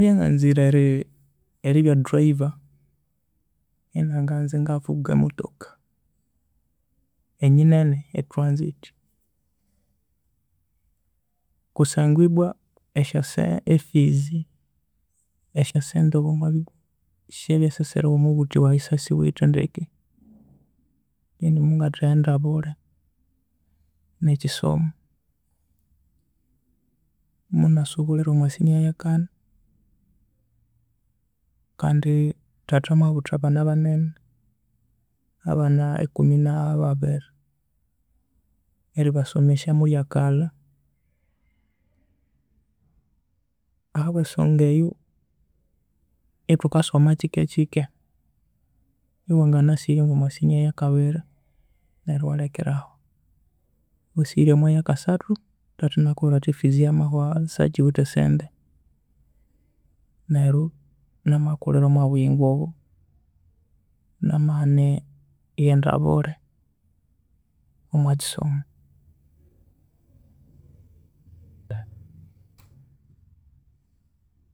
Ngabya enganzire eri- eribya driver enenganza engavuga emothoka enyinene etransit kusangwa ibwa esyase efees esya sente obo omwabi syabya esisiriho obuthi waghe esasiwithe ndeke then mugathaghenda bulhi ne kisomo munasubulhilhira omwa senior eyakani, kandi thatha mwabutha abana banene abana ikumi na babiri eribasomesya muryakalha ahabwa esonga eyu ethukasoma kike kike ewanganasighalhirya ngomwa senior eyakabiri neryu ewalhekera aho ewasasighirya omwa ya kasuthu thatha anakubwira athi e fees yamahwa sakiwithe esente neru namakulhira omwa buyingo obo namaghana erighenda bulhi omwa kisomo.